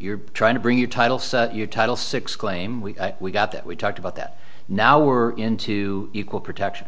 you're trying to bring your title so your title six claim we got that we talked about that now we're into equal protection